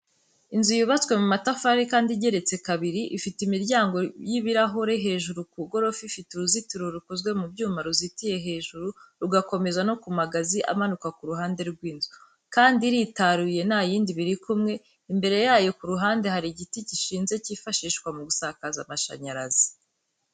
Inzu yubatswe mu matafari kandi igeretse kabiri. Ifite imiryango y'ibirahure hejuru ku gorofa ifite uruzitiro rukozwe mu byuma ruzitiye hejuru rugakomeza no ku magazi amanuka ku ruhande rw'inzu. Kandi iritaruye ntayindi biri kumwe, Imbere yayo ku ruhande hari igiti gishinze cyifashishwa mu gusakaza amashyanyarazi.